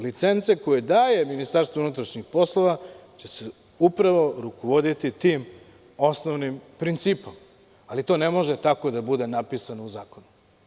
Licenca koju daje Ministarstvo unutrašnjih poslova će se upravo rukovoditi tim osnovnim principom, ali to ne može tako da bude napisano u zakonu.